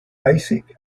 basic